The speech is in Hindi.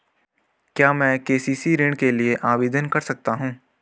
क्या मैं के.सी.सी ऋण के लिए आवेदन कर सकता हूँ?